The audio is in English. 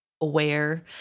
aware